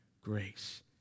grace